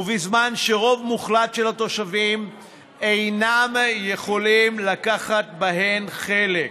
ובזמן שרוב מוחלט של התושבים אינם יכולים לקחת בהן חלק.